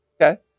Okay